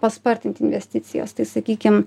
paspartinti investicijas tai sakykim